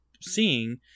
seeing